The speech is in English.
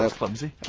ah clumsy.